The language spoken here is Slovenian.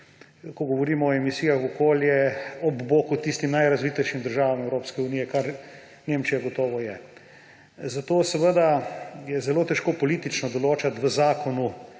ko govorimo o emisijah v okolje, ob boku tistim najrazvitejšim državam Evropske unije, kar Nemčija gotovo je. Zato je zelo težko politično določati v zakonu